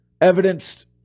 Evidenced